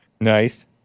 nice